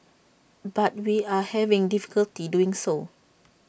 but we are having difficulty doing so